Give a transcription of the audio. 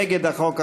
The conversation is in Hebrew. נגד החוק,